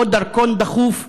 ושל דרכון דחוף בנתב"ג,